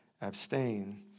abstain